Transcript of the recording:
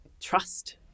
trust